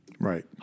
Right